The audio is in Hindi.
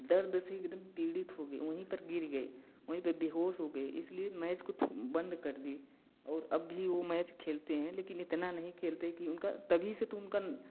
दर्द से एकदम पीड़ित हो गए वहीं पर गिर गये वहीं पर बेहोश हो गए इसीलिए मैच को बंद कर दिए और अब भी वो मैच खेलते है लेकिन इतना नहीं खेलते की उनका तभी से तो उनका